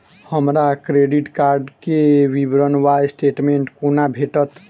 हमरा credit card केँ विवरण वा स्टेटमेंट कोना भेटत?